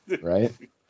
right